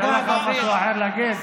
אין לך משהו אחר להגיד?